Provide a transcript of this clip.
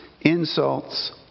insults